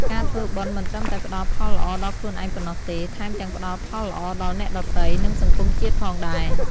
ការធ្វើបុណ្យមិនត្រឹមតែផ្តល់ផលល្អដល់ខ្លួនឯងប៉ុណ្ណោះទេ ថែមទាំងផ្តល់ផលល្អដល់អ្នកដទៃ និងសង្គមជាតិផងដែរ។